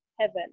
heaven